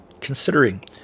considering